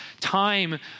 time